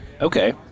Okay